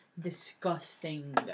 Disgusting